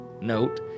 note